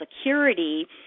security –